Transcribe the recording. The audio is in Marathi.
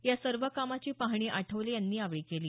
या सर्व कामाची पाहणी आठवले यांनी यावेळी केली